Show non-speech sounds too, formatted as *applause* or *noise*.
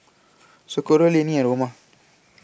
*noise* Socorro Lannie and Roma